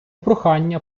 прохання